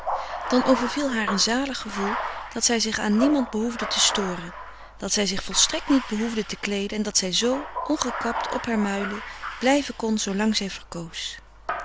dan overviel haar een zalig gevoel dat zij zich aan niemand behoefde te storen dat zij zich volstrekt niet behoefde te kleeden en dat zij zoo ongekapt op haar muilen blijven kon zoolang zij verkoos